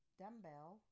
dumbbell